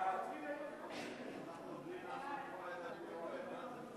חוק הגנת הסביבה (פליטות והעברות לסביבה,